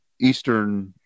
eastern